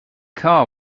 car